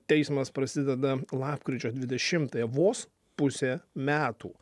teismas prasideda lapkričio dvidešimtąją vos pusė metų